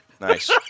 Nice